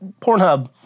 Pornhub